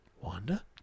Wanda